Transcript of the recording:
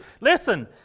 Listen